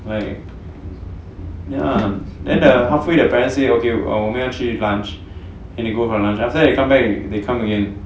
ya then the halfway the parents say okay 我们要去 lunch then they go for lunch then after that they come back they come again